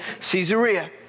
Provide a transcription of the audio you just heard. Caesarea